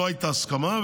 לא הייתה הסכמה,